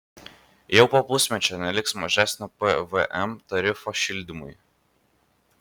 jau po pusmečio neliks mažesnio pvm tarifo šildymui